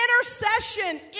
intercession